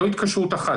התקשרות אחת.